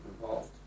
involved